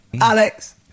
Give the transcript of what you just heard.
Alex